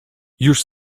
już